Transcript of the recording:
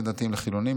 בין דתיים לחילונים,